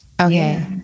okay